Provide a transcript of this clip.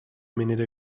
minute